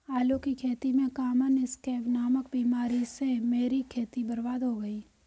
आलू की खेती में कॉमन स्कैब नामक बीमारी से मेरी खेती बर्बाद हो गई